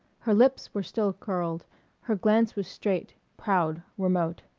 her lips were still curled her glance was straight, proud, remote.